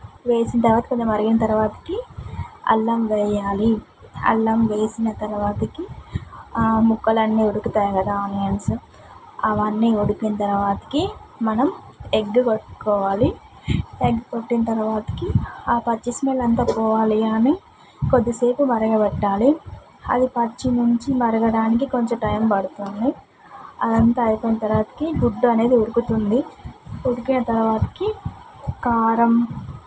వేసిన తర్వాత కొంచెం మరిగిన తర్వాత అల్లం వేయాలి అల్లం వేసిన తర్వాత ముక్కలు అన్నీ ఉడుకుతాయి కదా ఆనియన్స్ అవన్నీ ఉడికిన తర్వాత మనం ఎగ్ కొట్టుకోవాలి ఎగ్ కొట్టిన తర్వాత ఆ పచ్చి స్మెల్ అంతా పోవాలి అని కొద్దిసేపు మరగపెట్టాలి అది పచ్చి నుంచి మరగడానికి కొంచెం టైం పడుతుంది అది అంతా అయిపోయిన తర్వాత గుడ్డు అనేది ఉడుకుతుంది ఉడికిన తర్వాతకి కారం